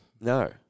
no